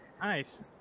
Nice